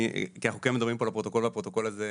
אנחנו כן מדברים פה לפרוטוקול והפרוטוקול הזה,